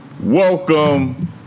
Welcome